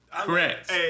Correct